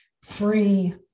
free